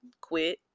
quit